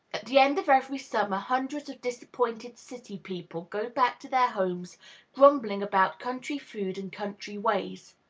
at the end of every summer hundreds of disappointed city people go back to their homes grumbling about country food and country ways.